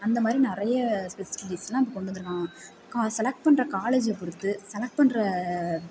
அந்த மாதிரி நிறைய ஃபெசிலிட்டீஸ்ல்லாம் இப்போ கொண்டு வந்திருக்காங்க செலக்ட் பண்ணுற காலேஜை பொறுத்து செலக்ட் பண்ணுற